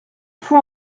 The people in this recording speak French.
faut